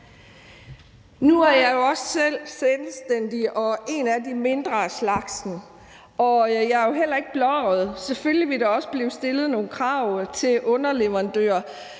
Nu er jeg jo også selv selvstændig og en af de mindre af slagsen, og jeg er ikke blåøjet. Selvfølgelig vil der også blive stillet nogle krav til underleverandører.